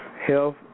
Health